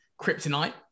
kryptonite